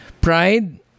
pride